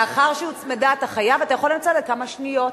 מאחר שהוצמדה, אתה חייב, אתה יכול לנצל כמה שניות.